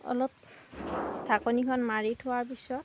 অলপ ঢাকনিখন মাৰি থোৱাৰ পিছত